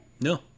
No